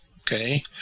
okay